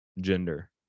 gender